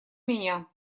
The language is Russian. меня